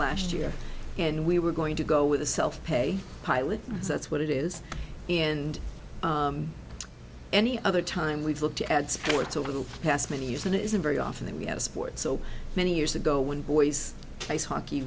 last year and we were going to go with the self pay pilot that's what it is in any other time we've looked at sports over the past many years and it isn't very often that we have sports so many years ago when boys place hockey